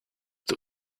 that